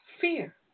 Fear